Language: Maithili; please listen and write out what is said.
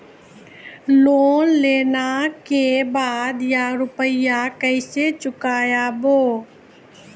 लोन लेला के बाद या रुपिया केसे चुकायाबो?